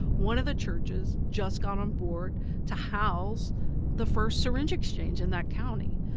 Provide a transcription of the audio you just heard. one of the churches just got on board to house the first syringe exchange in that county.